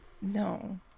no